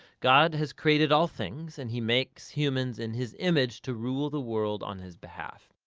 god has created all things and he makes humans in his image to rule the world on his behalf.